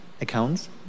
accounts